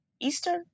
Eastern